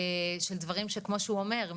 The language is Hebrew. של דברים שכמו שהוא אומר,